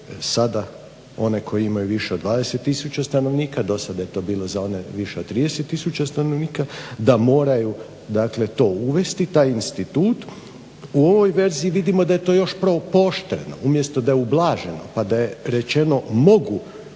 sada one koji imaju više od 20 tisuća stanovnika, dosada je to bilo za one više od 30 tisuća stanovnika, da moraju dakle to uvesti, taj institut. U ovoj verziji vidimo da je to još pooštreno, umjesto da je ublaženo pa da je rečeno mogu